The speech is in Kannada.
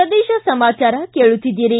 ಪ್ರದೇಶ ಸಮಾಚಾರ ಕೇಳುತ್ತಿದ್ದೀರಿ